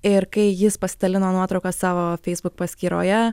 ir kai jis pasidalino nuotrauka savo facebook paskyroje